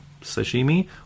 sashimi